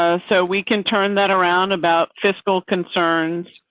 ah so we can turn that around about fiscal concerns.